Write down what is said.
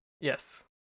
Yes